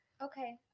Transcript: Okay